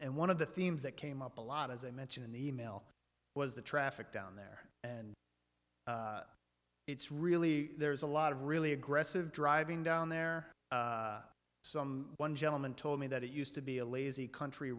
and one of the themes that came up a lot as i mentioned in the e mail was the traffic down there and it's really there's a lot of really aggressive driving down there some one gentleman told me that it used to be a lazy country